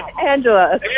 Angela